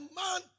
man